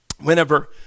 whenever